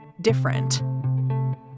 different